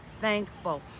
thankful